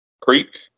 creek